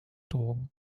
drogen